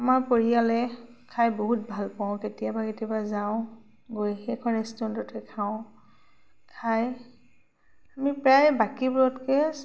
আমাৰ পৰিয়ালে খাই বহুত ভাল পাওঁ কেতিয়াবা কেতিয়াবা যাওঁ গৈ সেইখন ৰেষ্টুৰেণ্টতে খাওঁ খাই আমি প্ৰায় বাকীবোৰতকে